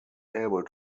able